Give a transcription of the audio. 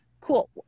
cool